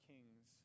Kings